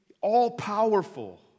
all-powerful